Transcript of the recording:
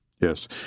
Yes